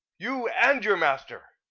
you and your master!